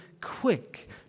quick